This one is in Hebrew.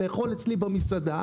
לאכול אצלי במסעדה,